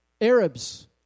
Arabs